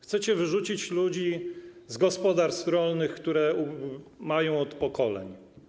Chcecie wyrzucić ludzi z gospodarstw rolnych, które mają od pokoleń.